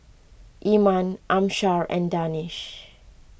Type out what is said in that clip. Iman Amsyar and Danish